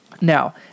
Now